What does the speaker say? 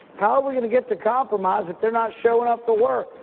how are we going to get to compromise if they're not showing up for work?